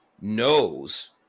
knows